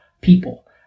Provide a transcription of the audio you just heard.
people